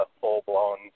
full-blown